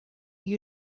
you